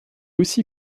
aussi